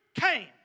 came